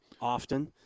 often